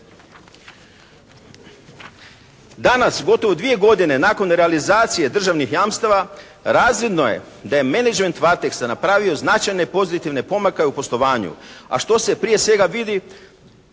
Danas gotovo dvije godine nakon realizacije državnih jamstava razvidno je da je menadžment "Varteksa" napravio značajne pozitivne pomake u poslovanju, a što se prije svega vidi